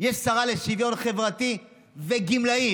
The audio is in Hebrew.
יש שרה לשוויון חברתי וגמלאים,